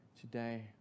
today